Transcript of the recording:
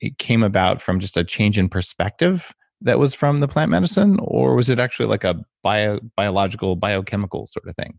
it came about from just a change in perspective that was from the plant medicine or was it actually like ah a biological, biochemical sort of thing?